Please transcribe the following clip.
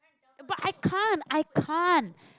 but I can't I can't